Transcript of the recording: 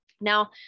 Now